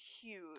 huge